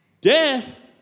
Death